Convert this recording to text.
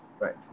right